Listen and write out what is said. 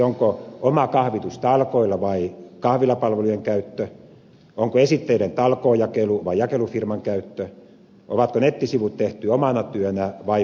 onko oma kahvitus talkoilla vai kahvilapalvelujen käyttö onko esitteiden talkoojakelu vai jakelufirman käyttö onko nettisivut tehty omana työnä vai mainostoimistossa